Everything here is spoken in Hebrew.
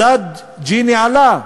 מדד ג'יני עלה,